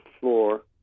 floor